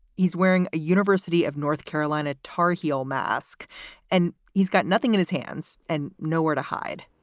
he's wearing a university of north carolina tarheel mask and he's got nothing in his hands and nowhere to hide.